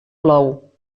plou